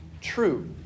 true